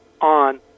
on